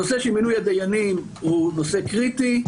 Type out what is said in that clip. הנושא של מינוי הדיינים הוא נושא קריטי,